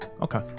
Okay